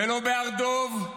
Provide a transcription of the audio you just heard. ולא בהר דב,